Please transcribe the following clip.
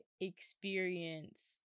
experience